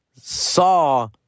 saw